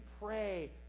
pray